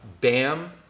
bam